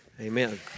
Amen